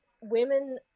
women